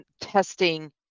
testing